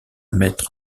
mettre